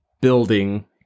building